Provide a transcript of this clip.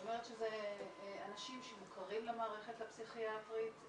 אנשים שמוכרים למערכת הפסיכיאטרית,